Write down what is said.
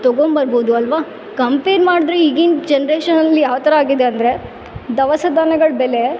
ತಕೊಮ್ ಬರ್ಬೌದು ಅಲ್ಲವಾ ಕಂಪೇರ್ ಮಾಡ್ದ್ರೆ ಈಗಿನ ಜನ್ರೇಷನಲ್ಲಿ ಯಾವ ಥರ ಆಗಿದೆ ಅಂದರೆ ದವಸ ಧಾನ್ಯಗಳ್ ಬೆಲೆ